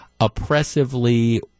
oppressively